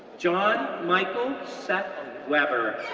john michael seth weber,